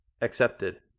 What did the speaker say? Accepted